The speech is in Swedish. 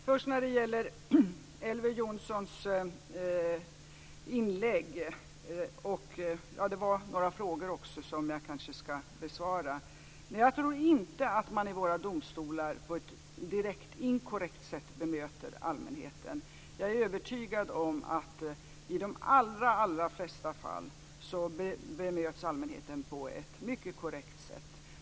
Fru talman! Först till Elver Jonssons inlägg och några frågor som jag kanske skall besvara. Jag tror inte att man i våra domstolar på ett direkt inkorrekt sätt bemöter allmänheten. Jag är övertygad om att i de allra flesta fall bemöts allmänheten på ett mycket korrekt sätt.